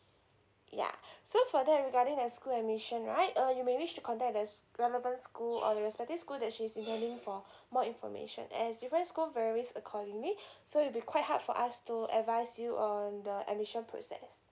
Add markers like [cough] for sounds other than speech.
yeah [breath] so for that regarding the school admission right uh you may wish to contact the relevant school or the respective school that she's attending for [breath] more information as different school varies accordingly [breath] so it'll be quite hard for us to advice you on the admission process